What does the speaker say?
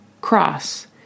cross